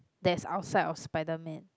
that's outside of spiderman